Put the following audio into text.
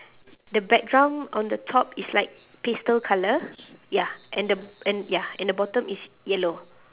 the background on the top is like pastel colour ya and the and ya and the bottom is yellow